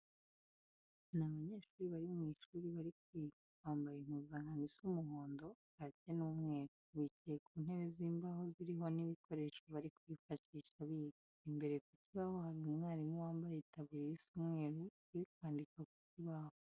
Ni abanyeshuri bari mu ishuri bari kwiga, bambaye impuzankano isa umuhondo, kake n'umweru. Bicaye ku ntebe z'imbaho ziriho n'ibikoresho bari kwifashisha biga. Imbere ku kibaho hari umwarimu wambaye itaburiya isa umweru uri kwandika ku kibaho.